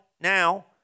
now